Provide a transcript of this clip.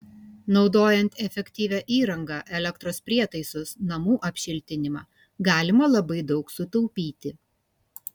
naudojant efektyvią įrangą elektros prietaisus namų apšiltinimą galima labai daug sutaupyti